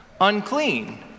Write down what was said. unclean